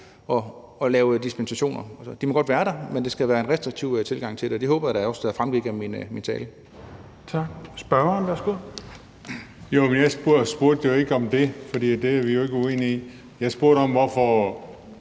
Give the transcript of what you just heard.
at lave dispensationer. De må godt være der, men det skal være en restriktiv tilgang til det. Og det håber jeg da også fremgik af min tale.